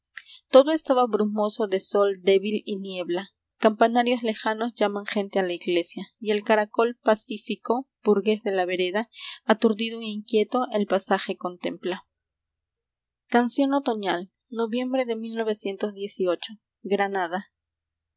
todo estaba brumoso de sol débil y niebla campanarios lejanos llaman gente a la iglesia y el caracol pacífico burgués de la vereda aturdido e inquieto el paisaje contempla canción otoñal n oviem bre de